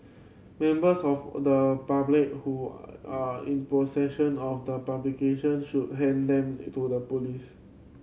members of the public who are in possession of the publication should hand them to the police